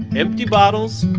empty bottles,